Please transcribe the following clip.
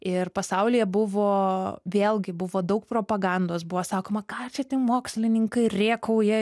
ir pasaulyje buvo vėlgi buvo daug propagandos buvo sakoma ką čia tie mokslininkai rėkauja